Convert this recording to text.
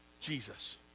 Jesus